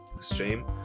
stream